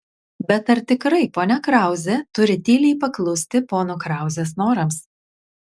bet ar tikrai ponia krauzė turi tyliai paklusti pono krauzės norams